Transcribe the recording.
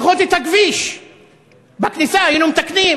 לפחות את הכביש בכניסה היינו מתקנים,